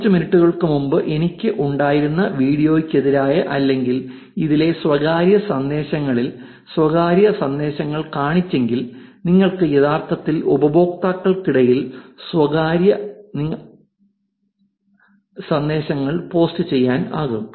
കുറച്ച് മിനിറ്റുകൾക്ക് മുമ്പ് എനിക്ക് ഉണ്ടായിരുന്ന വീഡിയോയ്ക്കെതിരായ അല്ലെങ്കിൽ ഇതിലെ സ്വകാര്യ സന്ദേശങ്ങളിൽ സ്വകാര്യ സന്ദേശങ്ങൾ കാണിച്ചെങ്കിൽ നിങ്ങൾക്ക് യഥാർത്ഥത്തിൽ ഉപയോക്താക്കൾക്കിടയിൽ സ്വകാര്യ സന്ദേശങ്ങൾ പോസ്റ്റുചെയ്യാനാകും